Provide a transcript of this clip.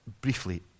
briefly